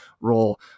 role